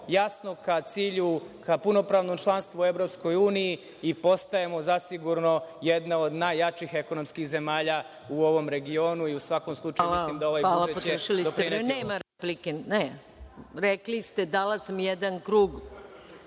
ka punopravnom članstvu u EU i postajemo zasigurno jedna od najjačih ekonomskih zemalja u ovom regionu.